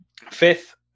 Fifth